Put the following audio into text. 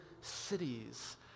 cities